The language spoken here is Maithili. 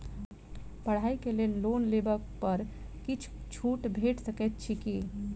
पढ़ाई केँ लेल लोन लेबऽ पर किछ छुट भैट सकैत अछि की?